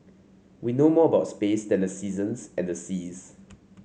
we know more about space than the seasons and the seas